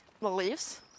beliefs